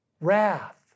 wrath